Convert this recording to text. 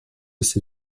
ces